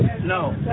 No